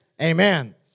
Amen